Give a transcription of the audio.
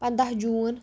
پنٛداہ جوٗن